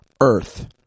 Earth